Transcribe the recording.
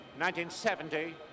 1970